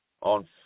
on